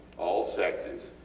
all sexes,